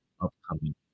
upcoming